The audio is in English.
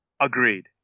agreed